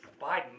Biden